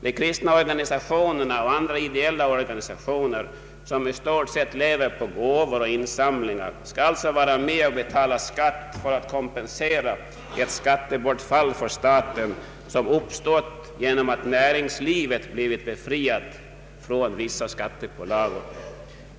De kristna samfunden och andra ideella organisationer som i stort sett lever på gåvor och insamlingar skall alltså vara med och betala skatt för att kompensera det skattebortfall för staten som uppstått genom att näringslivet blivit befriat från vissa skattepålagor.